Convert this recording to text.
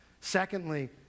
Secondly